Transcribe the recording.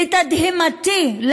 לתדהמתי,